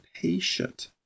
patient